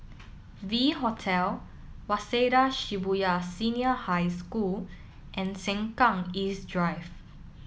V Hotel Waseda Shibuya Senior High School and Sengkang East Drive